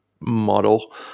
model